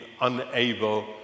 unable